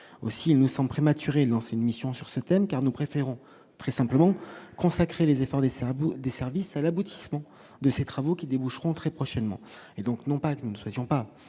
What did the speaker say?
aussi, nous sommes prématuré, lancer une mission sur ce thème, car nous préférons très simplement consacrer les efforts des Serbes, des services à l'aboutissement de ces travaux qui déboucheront très prochainement, et donc non pas que nous ne souhaitions pas